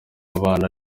abana